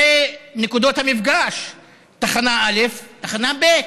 בעונשים קלים ובהחלטות שערורייתיות של שופטים כאלה ואחרים,